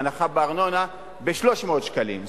הנחה בארנונה ב-300 שקלים,